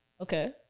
Okay